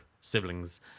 siblings